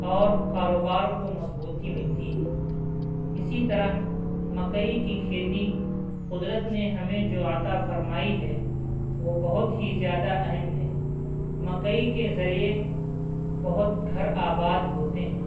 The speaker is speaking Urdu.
اور کاروبار کو مضبوطی ملتی ہے اسی طرح مکئی کی کھیتی قدرت نے ہمیں جو عطا فرمائی ہے وہ بہت ہی زیادہ اہم ہے مکئی کے ذریعے بہت گھر آباد ہوتے ہیں